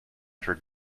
for